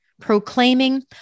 proclaiming